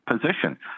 position